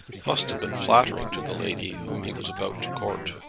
must have been flattering to the lady whom he was about to court.